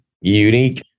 unique